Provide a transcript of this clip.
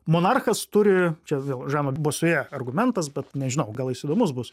monarchas turi čia vėl žano bosuė argumentas bet nežinau gal jis įdomus bus